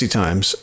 times